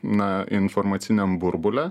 na informaciniam burbule